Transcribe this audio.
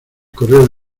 correo